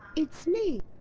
it's me!